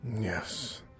Yes